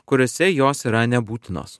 kuriuose jos yra nebūtinos